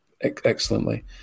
excellently